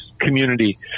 community